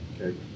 okay